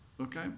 okay